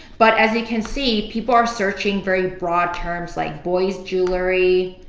but as you can see, people are searching very broad terms like boys jewelry,